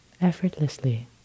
effortlessly